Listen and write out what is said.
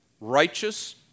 righteous